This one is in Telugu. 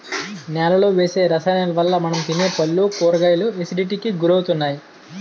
నేలలో వేసే రసాయనాలవల్ల మనం తినే పళ్ళు, కూరగాయలు ఎసిడిటీకి గురవుతున్నాయి